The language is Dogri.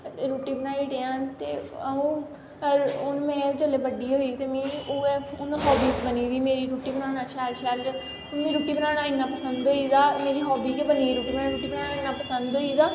रुट्टी बनाई ओड़ेआं ते अ'ऊं हून में जिसलै बड्डी होई ते उ'ऐ हाब्सी बनी गेदी रुट्टी बनाना शैल शैल हून मिगी रुट्टी बनाना इन्ना पसंद होई गेदा मेरी हाब्बी गै बनी गेदी रुट्टी बनाना पसंद होई गेदा